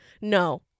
no